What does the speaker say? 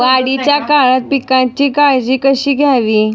वाढीच्या काळात पिकांची काळजी कशी घ्यावी?